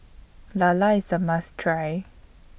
Lala IS A must Try